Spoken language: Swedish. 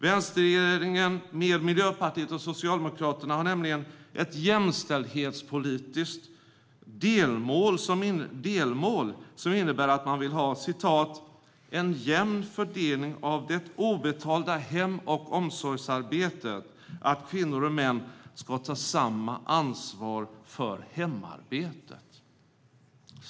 Vänsterregeringen med Miljöpartiet och Socialdemokraterna har nämligen ett jämställdhetspolitiskt delmål som innebär att man vill ha en jämn fördelning av det obetalda hem och omsorgsarbetet och att kvinnor och män ska ta samma ansvar för hemarbetet.